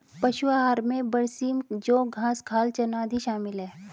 पशु आहार में बरसीम जौं घास खाल चना आदि शामिल है